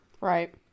right